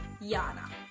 Yana